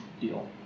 deal